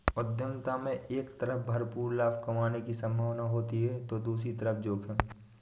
उद्यमिता में एक तरफ भरपूर लाभ कमाने की सम्भावना होती है तो दूसरी तरफ जोखिम